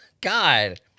God